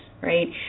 right